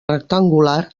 rectangular